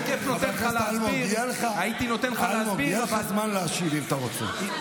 אלמוג, יהיה לך זמן להשיב, אם אתה רוצה.